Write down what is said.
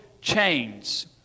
chains